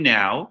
now